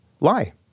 lie